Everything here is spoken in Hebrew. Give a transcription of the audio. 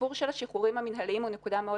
הסיפור של השחרורים המינהליים הוא נקודה מאוד